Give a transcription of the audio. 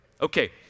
Okay